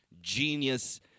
genius